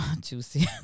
Juicy